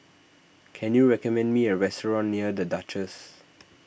can you recommend me a restaurant near the Duchess